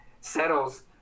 settles